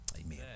amen